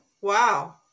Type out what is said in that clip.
Wow